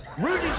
rick